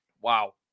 Wow